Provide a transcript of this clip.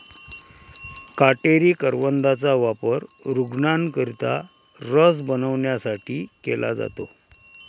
काटेरी करवंदाचा वापर रूग्णांकरिता रस बनवण्यासाठी केला जातो